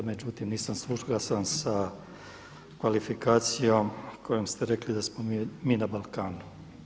Međutim, nisam suglasan sa kvalifikacijom kojom ste rekli da smo mi na Balkanu.